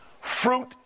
Fruit